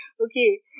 Okay